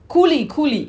coolies coolies